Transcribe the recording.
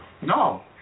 No